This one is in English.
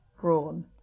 brawn